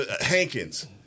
Hankins